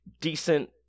decent